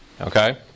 okay